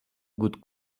good